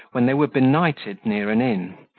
when they were benighted near an inn,